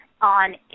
on